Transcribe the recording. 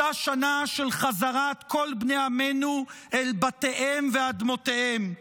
אותה שנה של חזרת כל בני עמינו אל בתיהם ואדמותיהם.